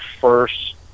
first